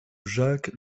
jacques